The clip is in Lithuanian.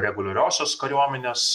reguliariosios kariuomenės